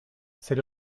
c’est